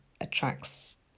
attracts